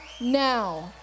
now